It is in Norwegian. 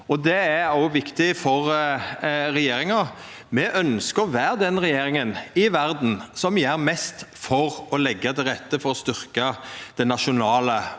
Det er òg viktig for regjeringa. Me ønskjer å vera den regjeringa i verda som gjer mest for å leggja til rette for å styrkja den nasjonale